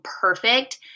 perfect